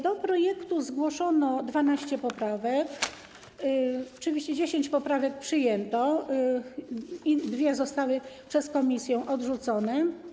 Do projektu zgłoszono 12 poprawek, oczywiście 10 poprawek przyjęto i dwie zostały przez komisję odrzucone.